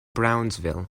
brownsville